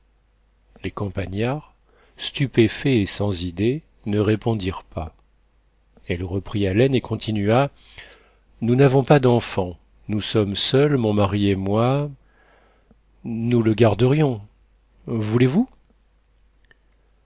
les campagnards stupéfaits et sans idée ne répondirent pas elle reprit haleine et continua nous n'avons pas d'enfants nous sommes seuls mon mari et moi nous le garderions voulez-vous